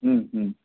ಹ್ಞೂ ಹ್ಞೂ